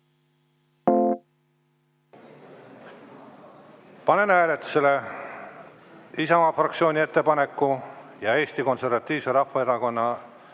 Panen hääletusele Isamaa fraktsiooni ettepaneku ja Eesti Konservatiivse Rahvaerakonna